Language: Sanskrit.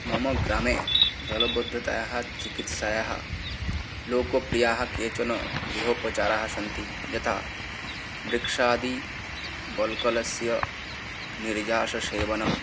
ममग्रामे दलबद्धतायाः चिकित्सायाः लोकप्रियाः केचन गृहोपचाराः सन्ति यथा वृक्षादि बल्कलस्य निर्याससेवनं